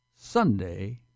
Sunday